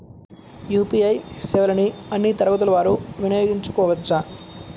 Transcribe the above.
UPI సేవలని అన్నీ తరగతుల వారు వినయోగించుకోవచ్చా?